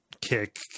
kick